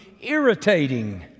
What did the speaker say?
irritating